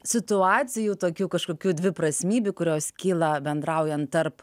situacijų tokių kažkokių dviprasmybių kurios kyla bendraujant tarp